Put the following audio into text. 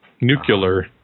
Nuclear